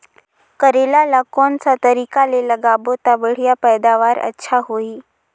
करेला ला कोन सा तरीका ले लगाबो ता बढ़िया पैदावार अच्छा होही?